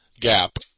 gap